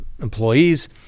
employees